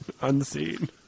unseen